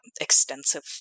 extensive